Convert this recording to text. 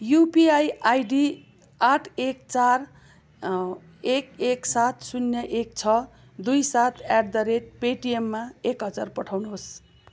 UPI ID आठ एक चार एक एक सात शून्य एक छ दुई सात एटदरेट पेटिएममा एक हजार पठाउनुहोस्